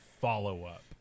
follow-up